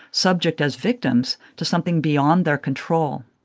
subject as victims to something beyond their control